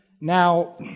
Now